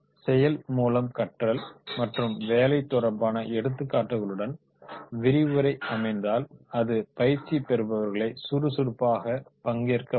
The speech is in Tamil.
செயல் மூலம் கற்றல் மற்றும் வேலைத் தொடர்பான எடுத்துக்காட்டுகளுடன்விரிவுரை அமைந்தால் அது பயிற்சி பெறுபவர்களை சுறுசுறுப்பாக பங்கேற்க வைக்கும்